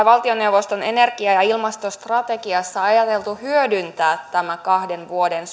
valtioneuvoston energia ja ilmastostrategiassa ajateltu hyödyntää tätä suomen kahden vuoden